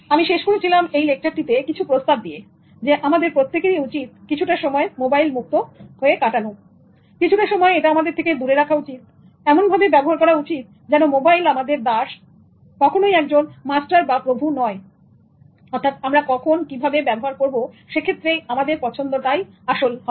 আমি শেষ করেছিলাম এই লেকচারটিতে কিছু প্রস্তাব দিয়ে আমাদের প্রত্যেকেরই উচিত কিছুটা সময় মোবাইল মুক্ত কাটানো কিছুটা সময় এটা আমাদের থেকে দূরে রাখা উচিত এমনভাবে ব্যবহার করা উচিত যেন মোবাইল আমাদের দাসকখনোই একজন মাস্টার বা প্রভু নয়অর্থাৎ আমরা কখন কিভাবে ব্যবহার করব সেক্ষেত্রে আমাদের পছন্দটা থাকবে